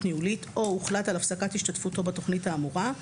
ניהולית או הוחלט על הפסקת השתתפותו בתכנית האמורה,